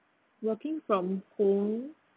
working from home